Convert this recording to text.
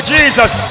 Jesus